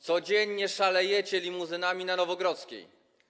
Codziennie szalejecie limuzynami po Nowogrodzkiej.